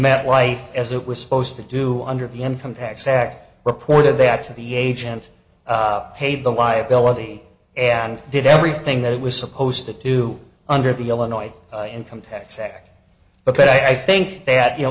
met life as it was supposed to do under the income tax act reported that to the agent paid the liability and did everything that it was supposed to do under the illinois income tax act but i think that you know